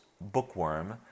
bookworm